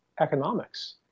economics